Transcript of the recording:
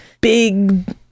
big